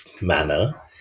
manner